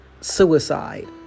suicide